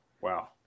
Wow